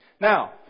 Now